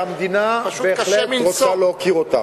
והמדינה בהחלט רוצה להוקיר אותן.